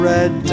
Red